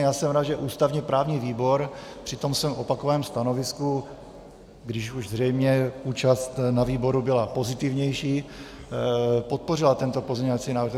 Já jsem rád, že ústavněprávní výbor při tom svém opakovaném stanovisku, když už zřejmě účast na výboru byla pozitivnější, podpořil tento pozměňovací návrh.